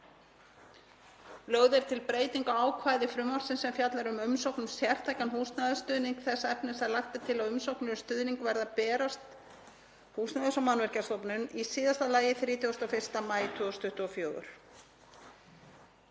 Lögð er til breyting á ákvæði frumvarpsins sem fjallar um umsókn um sértækan húsnæðisstuðning þess efnis að lagt er til að umsóknir um stuðning verði að berast Húsnæðis- og mannvirkjastofnun í síðasta lagi 31. maí 2024.